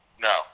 No